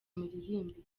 miririmbire